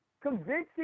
convincing